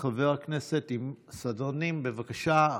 סדרנים, בבקשה.